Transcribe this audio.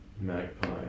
magpie